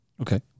Okay